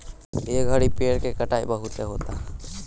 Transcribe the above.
ए घड़ी पेड़ के कटाई बहुते होता